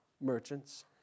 merchants